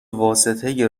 واسطه